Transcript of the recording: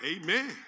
Amen